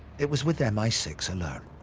it was with m i six alone.